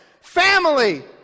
family